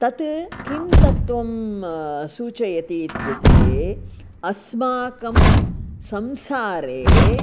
तत् किं तत्वं सूचयति इत्युक्ते अस्माकं संसारे